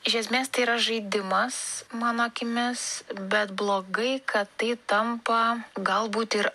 iš esmės tai yra žaidimas mano akimis bet blogai kad tai tampa galbūt ir